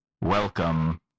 welcome